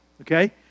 Okay